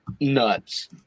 Nuts